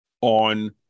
on